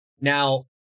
Now